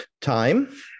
Time